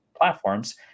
platforms